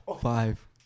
Five